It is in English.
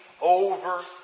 over